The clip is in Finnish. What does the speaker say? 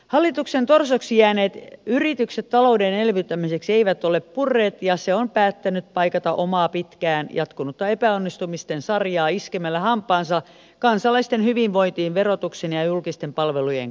hallituksen torsoksi jääneet yritykset talouden elvyttämiseksi eivät ole purreet ja se on päättänyt paikata omaa pitkään jatkunutta epäonnistumisten sarjaa iskemällä hampaansa kansalaisten hyvinvointiin verotuksen ja julkisten palvelujen kautta